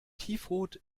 tiefrot